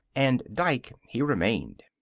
and dike he remained.